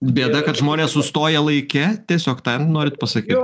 bėda kad žmonės sustoja laike tiesiog tą norit pasakyt